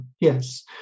Yes